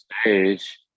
Stage